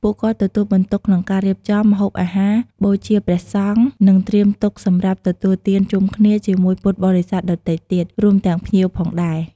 ក្រៅពីនេះវាក៏តម្រូវឲ្យមានការរៀបចំផែនការ និងកម្លាំងច្រើនក្នុងការសហការបម្រើភ្ញៀវ។